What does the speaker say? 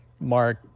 Mark